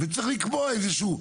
וצריך לקבוע איזשהו,